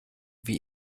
wie